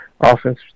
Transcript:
often